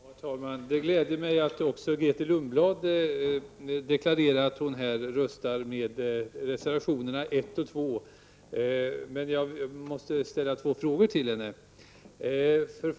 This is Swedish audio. Herr talman! Det gläder mig att också Grethe Lundblad deklarerar att hon kommer att rösta för reservationerna 1 och 2. Jag har dock ett par frågor till Grethe Lundblad.